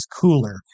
cooler